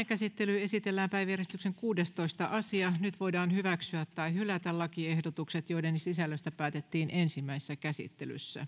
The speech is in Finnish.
käsittelyyn esitellään päiväjärjestyksen seitsemästoista asia nyt voidaan hyväksyä tai hylätä lakiehdotukset joiden sisällöstä päätettiin ensimmäisessä käsittelyssä